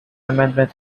amendment